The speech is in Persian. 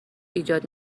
ایجاد